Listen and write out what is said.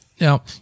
Now